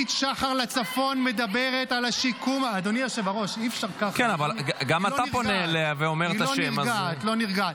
חברת הכנסת כהן, תשתי כוס מים קרים ותירגעי.